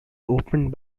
opened